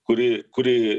kuri kuri